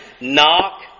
knock